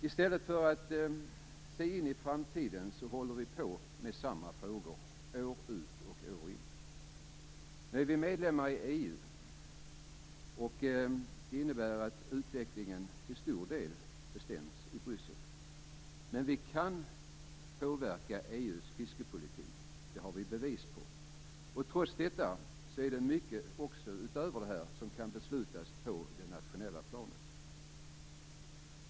I stället för att se in i framtiden håller vi på med samma frågor år ut och år in. Nu är vi medlemmar i EU. Det innebär att utvecklingen till stor del bestäms i Bryssel. Men vi kan påverka EU:s fiskepolitik. Det har vi bevis på. Trots detta är det mycket utöver detta som kan beslutas på det nationella planet.